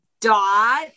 dot